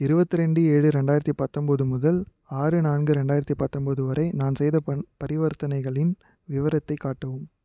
இருபத்து ரெண்டு ஏழு ரெண்டாயிரத்தி பத்தோம்போது முதல் ஆறு நான்கு ரெண்டாயிரத்தி பத்தோம்போது வரை நான் செய்த பண் பரிவர்த்தனைகளின் விவரத்தை காட்டவும்